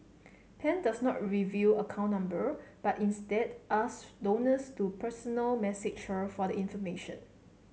Pan does not reveal account number but instead ask donors to personal message her for the information